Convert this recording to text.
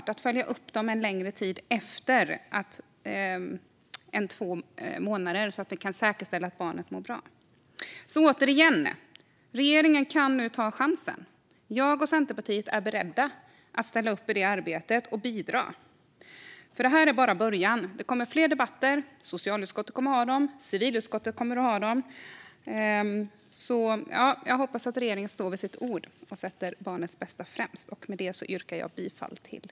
Man behöver följa upp dem en längre tid än två månader så att man kan säkerställa att barnet mår bra. Återigen: Regeringen kan nu ta chansen. Centerpartiet och jag är beredda att ställa upp i arbetet och ge vårt bidrag. Det här är bara början. Det kommer fler debatter. Både socialutskottet och civilutskottet kommer att ha sådana. Jag hoppas att regeringen står vid sitt ord om att sätta barnets bästa främst. Jag yrkar härmed bifall till förslaget i betänkandet.